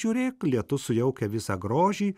žiūrėk lietus sujaukia visą grožį